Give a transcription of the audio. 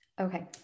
Okay